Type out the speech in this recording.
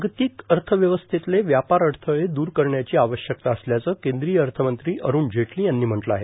जार्गातक अथव्यवस्थेतले व्यापार अडथळे दूर करण्याची आवश्यकता असल्याचं कद्रीय अथमंत्री अरुण जेटलो यांनी म्हटलं आहे